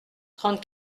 trente